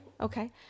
okay